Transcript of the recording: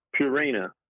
Purina